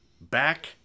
Back